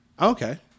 Okay